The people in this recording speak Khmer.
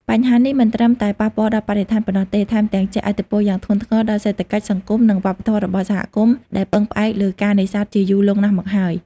បញ្ហានេះមិនត្រឹមតែប៉ះពាល់ដល់បរិស្ថានប៉ុណ្ណោះទេ ថែមទាំងជះឥទ្ធិពលយ៉ាងធ្ងន់ធ្ងរដល់សេដ្ឋកិច្ច សង្គម និងវប្បធម៌របស់សហគមន៍ដែលពឹងផ្អែកលើការនេសាទជាយូរលង់ណាស់មកហើយ។